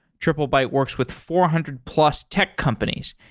triplebyte works with four hundred plus tech companies,